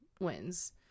wins